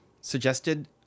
Suggested